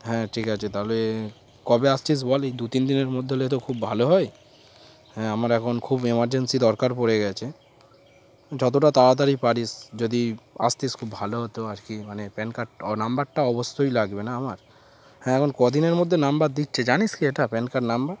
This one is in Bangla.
হ্যাঁ ঠিক আছে তাহলে কবে আসছিস বলি দু তিন দিনের মধ্যে হলে তো খুব ভালো হয় হ্যাঁ আমার এখন খুব এমার্জেন্সি দরকার পড়ে গেছে যতটা তাড়াতাড়ি পারিস যদি আসতিস খুব ভালো হতো আর কি মানে প্যান কার্ড নাম্বারটা অবশ্যই লাগবে না আমার হ্যাঁ এখন কদিনের মধ্যে নাম্বার দিচ্ছে জানিস কি এটা প্যান কার্ড নাম্বার